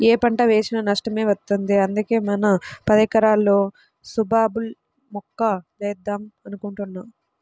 యే పంట వేసినా నష్టమే వత్తంది, అందుకే మన పదెకరాల్లోనూ సుబాబుల్ మొక్కలేద్దాం అనుకుంటున్నా